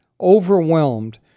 overwhelmed